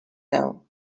now